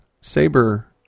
saber